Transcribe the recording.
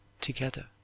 together